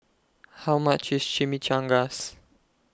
How much IS Chimichangas